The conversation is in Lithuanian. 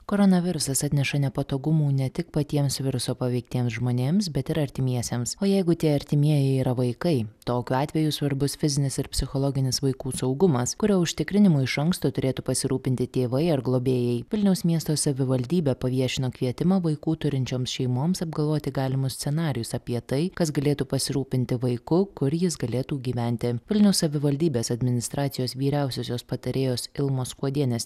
koronavirusas atneša nepatogumų ne tik patiems viruso paveiktiems žmonėms bet ir artimiesiems o jeigu tie artimieji yra vaikai tokiu atveju svarbus fizinis ir psichologinis vaikų saugumas kurio užtikrinimu iš anksto turėtų pasirūpinti tėvai ar globėjai vilniaus miesto savivaldybė paviešino kvietimą vaikų turinčioms šeimoms apgalvoti galimus scenarijus apie tai kas galėtų pasirūpinti vaiku kur jis galėtų gyventi vilniaus savivaldybės administracijos vyriausiosios patarėjos ilmos skuodienės